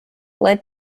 led